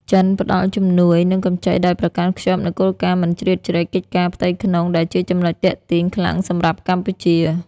ចិនផ្ដល់ជំនួយ និងកម្ចីដោយប្រកាន់ខ្ជាប់នូវគោលការណ៍មិនជ្រៀតជ្រែកកិច្ចការផ្ទៃក្នុង ដែលជាចំណុចទាក់ទាញខ្លាំងសម្រាប់កម្ពុជា។